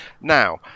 now